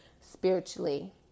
spiritually